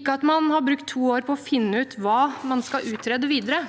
ikke at man har brukt to år på å finne ut hva man skal utrede videre.